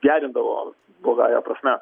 gerindavo blogąja prasme